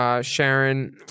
Sharon